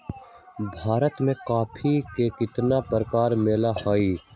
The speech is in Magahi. भारत में कॉफी के कितना प्रकार मिला हई?